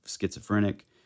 schizophrenic